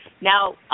now